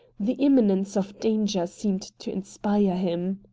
the imminence of danger seemed to inspire him.